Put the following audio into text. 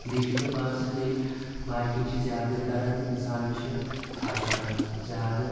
بیٚیہِ چھِ مےٚ باسان ییٚلہِ باقٕے چھِ زیادٕ کَران اِنسان چھِ تھکَن زیادٕ